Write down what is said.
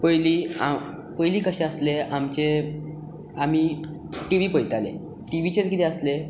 पयलीं पयलीं कशें आसलें आमचें आमी टी वी पळयताले टी वी चेर कितें आसलें